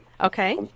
Okay